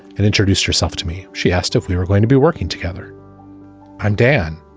and introduced herself to me. she asked if we were going to be working together i'm down.